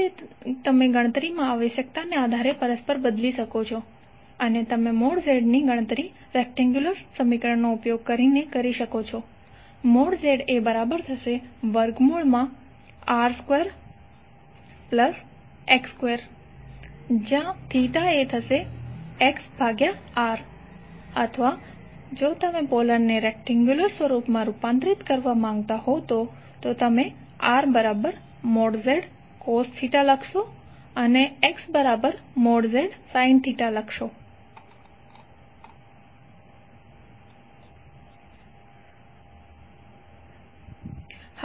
આ બે તમે ગણતરીમાં આવશ્યકતાને આધારે પરસ્પર બદલી શકો છો અને તમે Z ની ગણતરી રેક્ટેન્ગયુલર સમીકરણનો ઉપયોગ કરીને કરી શકો છો જેZR2X2 છે જ્યાં θXR અથવા જો તમે પોલરને રેક્ટેન્ગયુલર સ્વરૂપ માં રૂપાંતરિત કરવા માંગતા હોય તો તમે RZcos અને XZsin લખી શકો છો